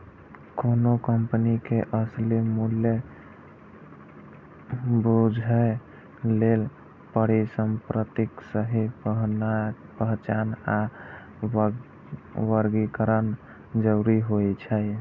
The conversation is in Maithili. कोनो कंपनी के असली मूल्य बूझय लेल परिसंपत्तिक सही पहचान आ वर्गीकरण जरूरी होइ छै